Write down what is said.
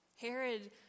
Herod